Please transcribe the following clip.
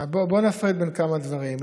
בוא נפריד בין כמה דברים.